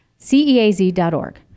ceaz.org